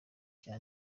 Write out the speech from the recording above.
rya